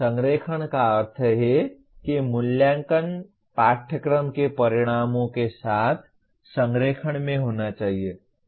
संरेखण का अर्थ है कि मूल्यांकन पाठ्यक्रम के परिणामों के साथ संरेखण में होना चाहिए